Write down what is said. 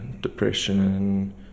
depression